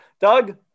Doug